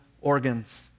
organs